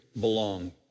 belong